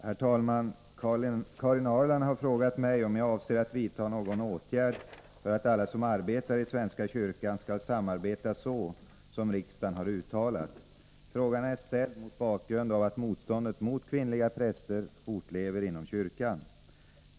Herr talman! Karin Ahrland har frågat mig om jag avser att vidta någon åtgärd för att alla som arbetar i svenska kyrkan skall samarbeta så som riksdagen har uttalat. Frågan är ställd mot bakgrund av att motståndet mot kvinnliga präster fortlever inom kyrkan.